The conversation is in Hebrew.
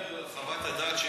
את חוות הדעת שלי